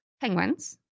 Penguins